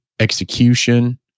execution